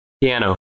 Piano